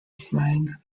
slang